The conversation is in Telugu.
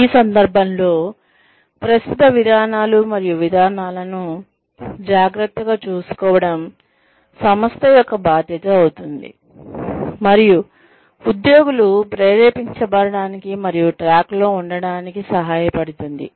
ఈ సందర్భంలో ప్రస్తుత విధానాలు మరియు విధానాలను జాగ్రత్తగా చూసుకోవడం సంస్థ యొక్క బాధ్యత అవుతుంది మరియు ఉద్యోగులు ప్రేరేపించబడటానికి మరియు ట్రాక్లో ఉండటానికి సహాయపడుతుంది